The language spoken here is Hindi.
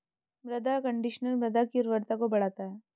मृदा कंडीशनर मृदा की उर्वरता को बढ़ाता है